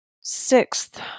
sixth